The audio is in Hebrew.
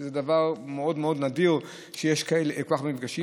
שזה דבר מאוד מאוד נדיר שיש כל כך הרבה מפגשים.